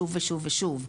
שוב ושוב ושוב,